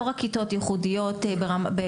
לא רק כיתות ייחודיות באומנויות,